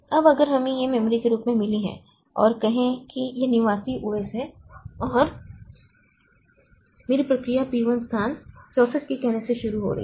अब अगर हमें यह मेमोरी के रूप में मिली है और कहें कि यह निवासी ओ एस है और मेरी प्रक्रिया P 1 स्थान 64 K कहने से शुरू हो रही है